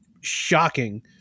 shocking